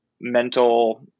mental